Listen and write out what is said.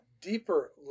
deeper